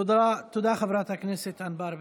תודה, חברת הכנסת ענבר בזק.